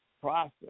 process